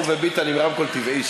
הוא וביטן עם רמקול טבעי.